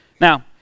Now